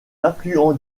affluent